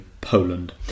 Poland